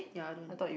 ya I don't